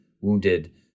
wounded